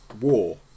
War